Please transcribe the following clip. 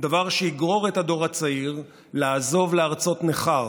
דבר שיגרור את הדור הצעיר לעזוב לארצות ניכר.